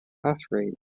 pathway